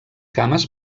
cames